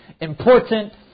important